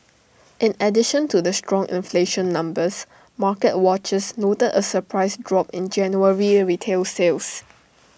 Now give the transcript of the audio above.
in addition to the strong inflation numbers market watchers noted A surprise drop in January retail sales